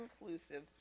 inclusive